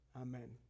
Amen